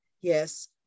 Yes